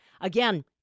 Again